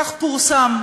כך פורסם.